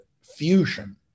fusion